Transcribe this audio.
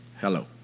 Hello